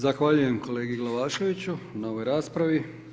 Zahvaljujem kolegi Glavaševiću na ovoj raspravi.